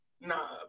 nah